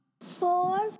Four